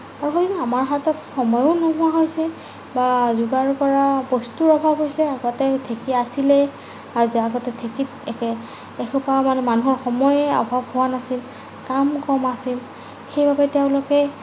আৰু হয়ো আমাৰ হাতত সময়ো নোহোৱা হৈছে বা যোগাৰ কৰা বস্তুৰ অভাৱ হৈছে আগতে ঢেঁকী আছিলে আৰু যে আগতে ঢেঁকীত একে এসোপামান মানুহৰ সময় অভাৱ হোৱা নাছিল কাম কম আছিল সেইবাবে তেওঁলোকে